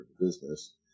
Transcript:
business